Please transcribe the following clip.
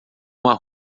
uma